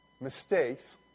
mistakes